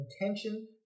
intention